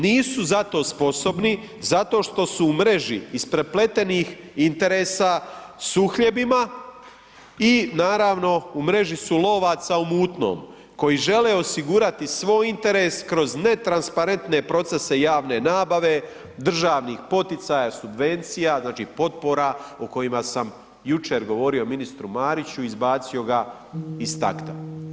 Nisu zato sposobni, zato što su u mreži isprepletenih interesa s uhljebima i naravno u mreži su lovaca u mutnom koji žele osigurati svoj interes kroz netransparentne procese javne nabave, državnih poticaja, subvencija, znači potpora o kojima sam jučer govorio ministru Mariću i izbacio ga iz takta.